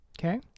Okay